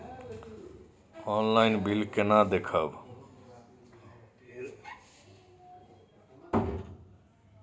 Online bill केना देखब?